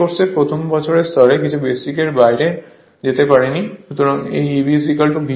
এই কোর্সে প্রথম বর্ষের স্তরে কিছু বেসিক এর বাইরে যেতে পারেনি